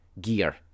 gear